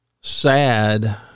sad